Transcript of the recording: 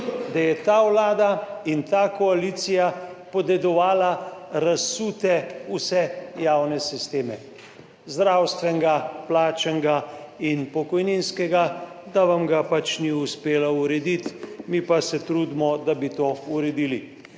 da je ta Vlada in ta koalicija podedovala razsute vse javne sisteme, zdravstvenega, plačnega in pokojninskega, da vam ga pač ni uspelo urediti, mi pa se trudimo, da bi to uredili,